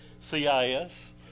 CIS